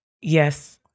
Yes